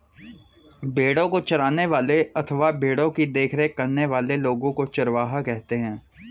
भेड़ों को चराने वाले अथवा भेड़ों की देखरेख करने वाले लोगों को चरवाहा कहते हैं